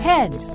Head